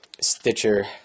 Stitcher